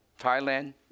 Thailand